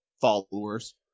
followers